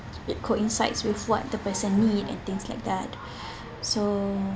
it coincides with what the person need and things like that so